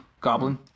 Goblin